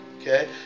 okay